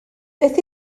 beth